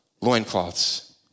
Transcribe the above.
loincloths